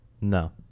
no